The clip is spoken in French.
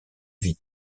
vie